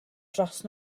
dros